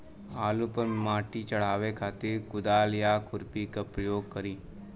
आलू पर माटी चढ़ावे खातिर कुदाल या खुरपी के प्रयोग करी?